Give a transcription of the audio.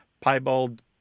piebald